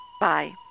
Bye